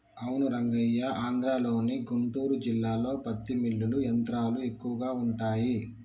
అవును రంగయ్య ఆంధ్రలోని గుంటూరు జిల్లాలో పత్తి మిల్లులు యంత్రాలు ఎక్కువగా ఉంటాయి